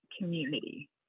community